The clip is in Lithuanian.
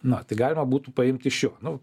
na va tai galima būtų paimt iš jų nu